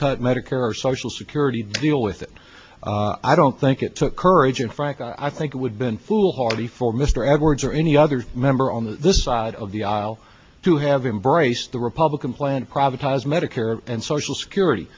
cut medicare or social security deal with it i don't think it took courage and frankly i think it would been foolhardy for mr edwards or any other member on this side of the aisle to have embraced the republican plan privatized medicare and social security